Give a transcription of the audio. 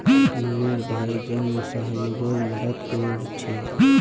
मोहनेर भाई जन सह्योगोत मदद कोरछे